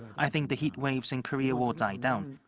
i think the heatwaves in korea will die down.